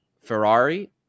Ferrari